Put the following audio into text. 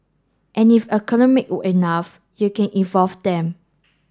and if accumulate enough you can evolve them